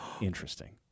Interesting